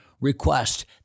request